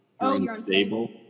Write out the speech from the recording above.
unstable